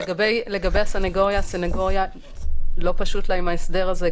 לגבי הסנגוריה ההסדר הזה לא פשוט לגבי הסנגוריה,